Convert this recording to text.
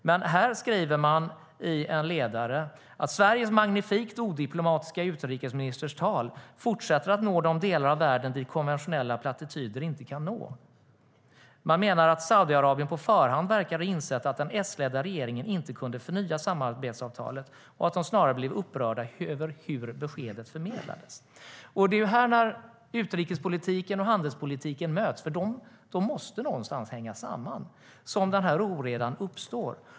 Så här skriver man i en ledare: Sveriges magnifikt odiplomatiska utrikesministers tal fortsätter att nå de delar av världen dit konventionella plattityder inte kan nå. Man menar att Saudiarabien på förhand verkar ha insett att den S-ledda regeringen inte kunde förnya samarbetsavtalet och att de snarare blev upprörda över hur beskedet förmedlades. Det är här, där utrikespolitiken och handelspolitiken möts, för de måste någonstans hänga samman, som den här oredan uppstår.